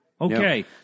Okay